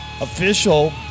official